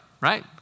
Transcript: right